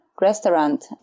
restaurant